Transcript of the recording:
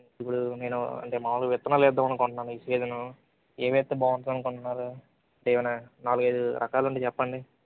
ఇప్పుడు నేను అంటే మామూలు విత్తనాలేద్దామనుకుంట్నాను ఈ సీజను ఏమి వేస్తే బాగుంటుందనుకుంటున్నారు ఏవైనా నాలుగైదు రకాలుంటే చెప్పండి